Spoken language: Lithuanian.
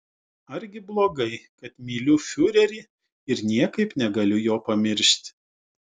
argi blogai kad myliu fiurerį ir niekaip negaliu jo pamiršti